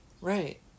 Right